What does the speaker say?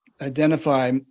identify